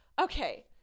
Okay